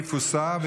הסעיף הוסר.